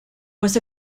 was